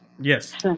Yes